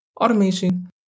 Automation